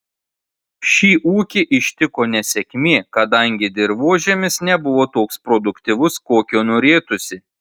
šį ūkį ištiko nesėkmė kadangi dirvožemis nebuvo toks produktyvus kokio norėtųsi